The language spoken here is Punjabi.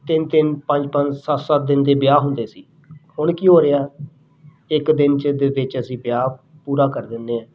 ਤਿੰਨ ਤਿੰਨ ਪੰਜ ਪੰਜ ਸੱਤ ਸੱਤ ਦਿਨ ਦੇ ਵਿਆਹ ਹੁੰਦੇ ਸੀ ਹੁਣ ਕੀ ਹੋ ਰਿਹਾ ਇੱਕ ਦਿਨ 'ਚ ਦੇ ਵਿੱਚ ਅਸੀਂ ਵਿਆਹ ਪੂਰਾ ਕਰ ਦਿੰਦੇ ਹਾਂ